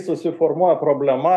susiformuoja problema